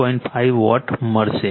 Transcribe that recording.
5 vote મળશે